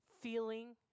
feeling